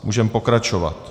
Můžeme pokračovat.